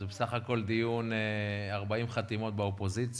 זה בסך הכול דיון של 40 חתימות מהאופוזיציה,